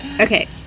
Okay